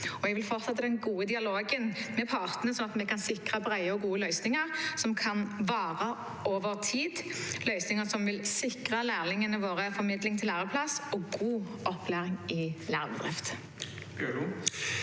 Jeg vil fortsette den gode dialogen med partene sånn at vi kan sikre brede og gode løsninger som kan vare over tid – løsninger som vil sikre lærlingene våre formidling til læreplass og god opplæring i lærebedrift.